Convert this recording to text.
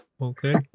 Okay